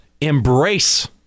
embrace